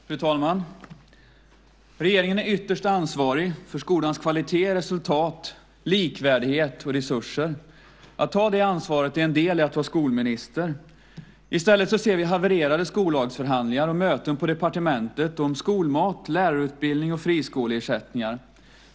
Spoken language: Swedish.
Fru talman! Regeringen är ytterst ansvarig för skolans kvalitet, resultat, likvärdighet och resurser. Att ta det ansvaret är en del i att vara skolminister. I stället ser vi havererade skollagsförhandlingar och möten på departementet om skolmat, lärarutbildning och friskoleersättningar.